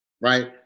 right